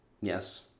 Yes